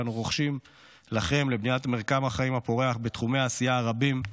שאנו רוחשים לכם על בניית מרקם החיים הפורח בתחומי העשייה הרבים.